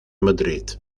madrid